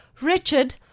richard